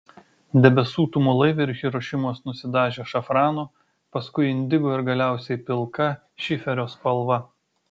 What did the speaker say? debesų tumulai virš hirošimos nusidažė šafrano paskui indigo ir galiausiai pilka šiferio spalva